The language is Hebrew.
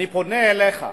אני פונה אליך.